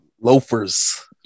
Loafers